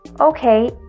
Okay